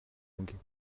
longues